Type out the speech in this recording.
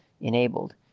enabled